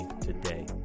today